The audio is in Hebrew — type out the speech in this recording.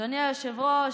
אדוני היושב-ראש,